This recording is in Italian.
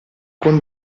con